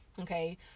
Okay